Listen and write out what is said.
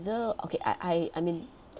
okay I I I mean